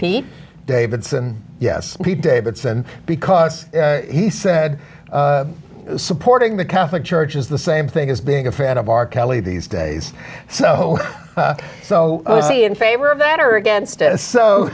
pete davidson yes pete davidson because he said supporting the catholic church is the same thing as being a fan of r kelly these days so so in favor of that or against it so